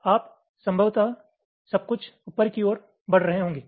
आप संभवतः सब कुछ ऊपर की ओर बढ़ रहे होंगे